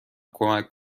کمک